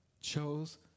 chose